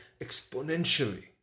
exponentially